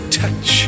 touch